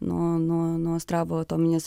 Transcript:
nuo nuo nuo astravo atominės